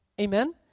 Amen